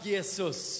Jesus